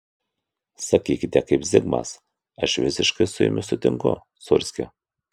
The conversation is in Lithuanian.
sakykite kaip zigmas aš visiškai su jumis sutinku sūrski